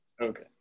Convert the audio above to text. Okay